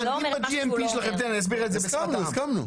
אני אסביר בשפת העם.